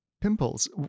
pimples